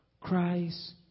Christ